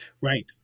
Right